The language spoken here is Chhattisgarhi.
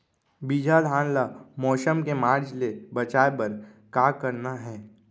बिजहा धान ला मौसम के मार्च ले बचाए बर का करना है?